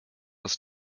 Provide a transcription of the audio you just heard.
das